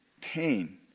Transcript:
pain